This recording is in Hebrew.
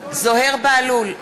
נגד זוהיר בהלול,